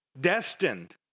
destined